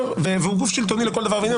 והוא גוף שלטוני לכל דבר ועניין.